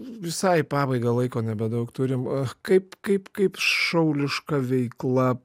visai į pabaigą laiko nebedaug turim kaip kaip kaip šauliška veikla